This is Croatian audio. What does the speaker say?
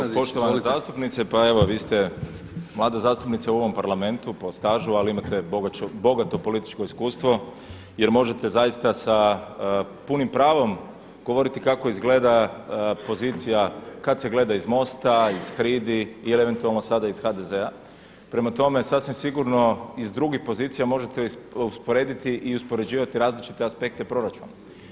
Evo poštovana zastupnice, pa evo vi ste mlada zastupnica u ovom Parlamentu po stažu, ali imate bogato političko iskustvo jer možete zaista sa punim pravom govoriti kako izgleda pozicija kad se gleda iz MOST-a ih HRID-i ili eventualno sada iz HDZ-a, prema tome sasvim sigurno iz drugih pozicija možete usporediti i uspoređivati različite aspekte proračuna.